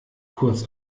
kurz